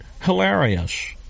hilarious